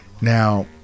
now